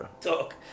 talk